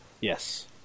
yes